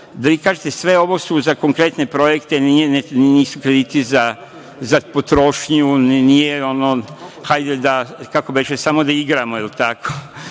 da vi kažete – sve ovo su za konkretne projekte, nisu krediti za potrošnju, nije ono… hajde da… Kako beše? Samo da igramo, da